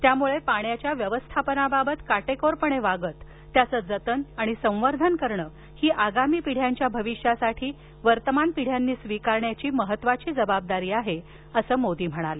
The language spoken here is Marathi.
त्यामुळे पाण्याच्या व्यवस्थापनाबाबत काटेकोरपणे वागत त्याचं जतन आणि संवर्धन करणं ही आगामी पिढ्यांच्या भविष्यासाठी वर्तमान पिढ्यांनी स्वीकारण्याची महत्त्वाची जबाबदारी आहे असं मोदी म्हणाले